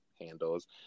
handles